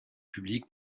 public